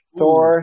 Thor